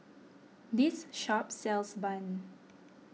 this shop sells Bun